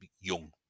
young